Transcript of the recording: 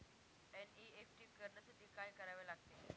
NEFT करण्यासाठी काय करावे लागते?